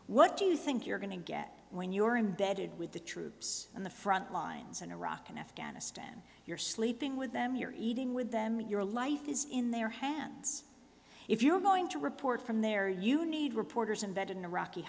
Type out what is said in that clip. what do you think you're going to get when your embedded with the troops on the front lines in iraq and afghanistan you're sleeping with them you're eating with them your life is in their hands if you're going to report from there you need reporters embedded in iraqi